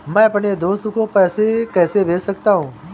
मैं अपने दोस्त को पैसे कैसे भेज सकता हूँ?